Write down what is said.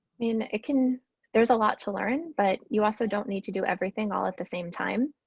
i mean it can there's a lot to learn, but you also don't need to do everything all at the same time.